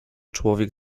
człowiek